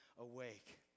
awake